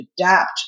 adapt